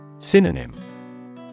Synonym